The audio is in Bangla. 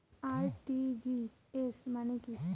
আর.টি.জি.এস মানে কি?